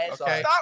okay